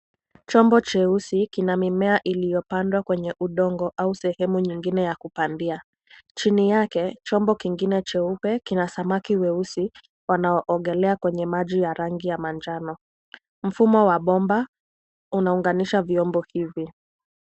Chombo cheusi ina mimea iliyopandwa kwenye udongo au sehemu nyingine ya kupandia. Chini yake chombo kingine cheupe kina samaki weusi wanaoogelea kwa maji ya rangi ya manjano. Mfumo wa bomba unaunganisha vyombo hivi.